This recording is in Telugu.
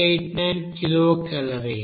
0 కిలోకలోరీ